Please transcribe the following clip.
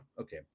Okay